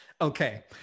Okay